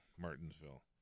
Martinsville